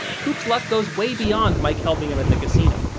coop's luck goes way beyond mike helping him at the casino.